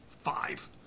Five